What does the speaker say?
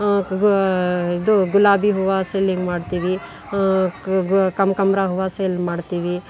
ಗು ಇದು ಗುಲಾಬಿ ಹೂವು ಸೇಲ್ಲಿಂಗ್ ಮಾಡ್ತೀವಿ ಕ ಕೋ ಕನ್ಕಾಂಬ್ರ ಹೂವು ಸೇಲ್ ಮಾಡ್ತೀವಿ